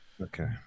okay